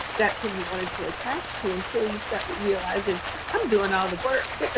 that's who you wanted to attach to until you start realizing i'm doing all the work,